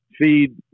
feed